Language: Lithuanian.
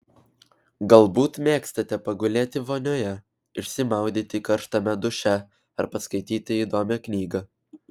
galbūt mėgstate pagulėti vonioje išsimaudyti karštame duše ar paskaityti įdomią knygą